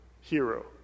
hero